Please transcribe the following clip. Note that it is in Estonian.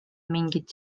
mingit